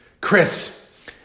Chris